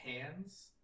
hands